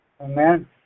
Amen